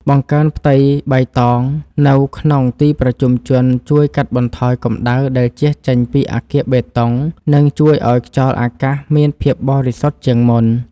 បង្កើនផ្ទៃបៃតងនៅក្នុងទីប្រជុំជនជួយកាត់បន្ថយកម្ដៅដែលជះចេញពីអគារបេតុង និង ជួយឱ្យខ្យល់អាកាសមានភាពបរិសុទ្ធជាងមុន។